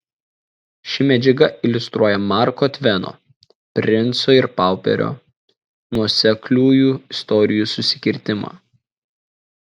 ši medžiaga iliustruoja marko tveno princo ir pauperio nuosekliųjų istorijų susikirtimą